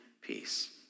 peace